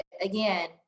again